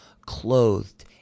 clothed